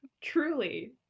truly